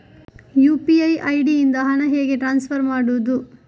UPI ID ಇಂದ ಹಣ ಹೇಗೆ ಟ್ರಾನ್ಸ್ಫರ್ ಮಾಡುದು?